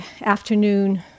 afternoon